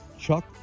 Chuck